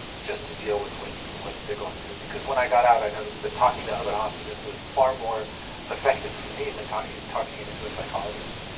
just to deal with with what they're going through, because when i got out, i noticed that talking to other hostages was far more effective for me than talking talking even to a psychologist.